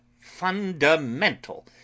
FUNDAMENTAL